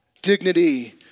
Dignity